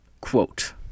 quote